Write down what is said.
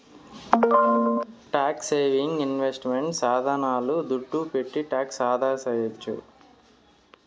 tax saving investment సాధనాల దుడ్డు పెట్టి టాక్స్ ఆదాసేయొచ్చు